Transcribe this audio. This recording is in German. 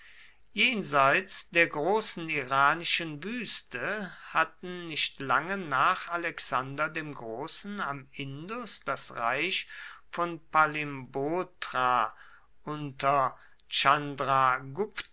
jenseits der großen iranischen wüste hatten nicht lange nach alexander dem großen am indus das reich von palimbothra unter